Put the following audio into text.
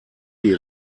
die